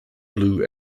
blue